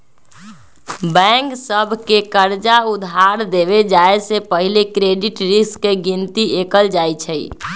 bank सभ के कर्जा उधार देबे जाय से पहिले क्रेडिट रिस्क के गिनति कएल जाइ छइ